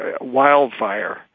wildfire